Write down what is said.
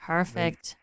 Perfect